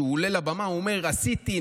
כשהוא עולה לבמה הוא אומר: עשיתי,